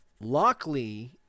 Lockley